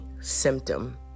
symptom